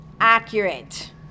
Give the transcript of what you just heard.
accurate